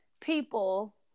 people